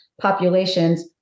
populations